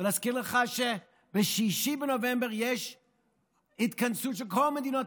ולהזכיר לך שב-6 בנובמבר יש התכנסות של כל מדינות